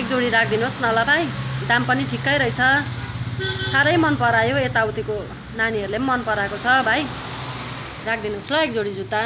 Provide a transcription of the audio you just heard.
एक जोडी राखिदिनु होस् न ल भाइ दाम पनि ठिकै रहेछ साह्रै मनपरायो यताउतिको नानीहरूले पनि मनपराएको छ भाइ राखिदिनु होस् ल एक जोडी जुत्ता